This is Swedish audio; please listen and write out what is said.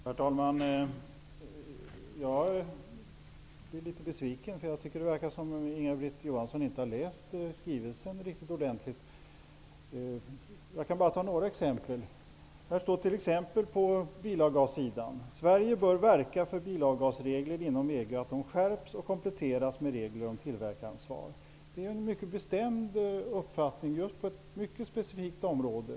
Herr talman! Jag blir litet besviken, för jag tycker att det verkar som om Inga-Britt Johansson inte har läst skrivelsen riktigt ordentligt. Jag kan ta några exempel. Det står t.ex. vad gäller bilavgaser att Sverige bör verka för att bilavgasreglerna inom EG skärps och kompletteras med regler om tillverkaransvar. Det är ju en mycket bestämd uppfattning på ett mycket specifikt område.